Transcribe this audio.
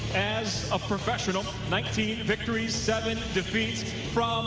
as a professional, nineteen victories, seven defeats from